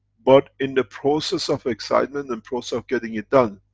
but, in the process of excitement, and process of getting it done,